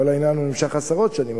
כל העניין נמשך עשרות שנים,